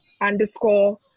underscore